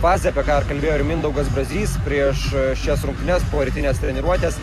fazę apie ką kalbėjo ir mindaugas brazys prieš šias rungtynes po rytinės treniruotės